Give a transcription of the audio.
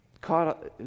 caught